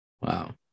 Wow